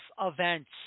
events